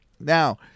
Now-